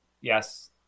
Yes